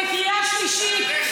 לקריאה שלישית,